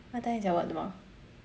what time is your work tomorrow